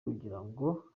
agirango